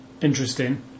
interesting